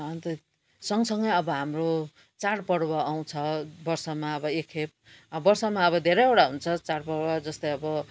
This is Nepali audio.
अन्त सँगसँगै अब हाम्रो चाडपर्व आउँछ वर्षमा अब एक खेप वर्षमा अब धेरैवटा हुन्छ चाडपर्व जस्तै अब